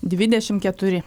dvidešim keturi